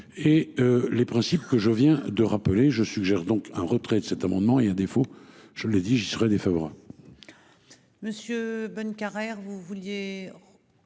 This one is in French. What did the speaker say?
et les principes que je viens de rappeler, je suggère donc un retrait de cet amendement est un défaut je l'ai dit j'y serai défavorable.